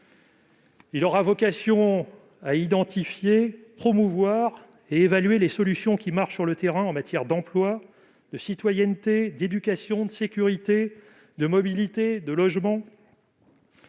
Il aura vocation à identifier, promouvoir et évaluer les solutions efficaces sur le terrain en matière d'emploi, de citoyenneté, d'éducation, de sécurité, de mobilité et de logement.